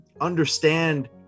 understand